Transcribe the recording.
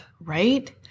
right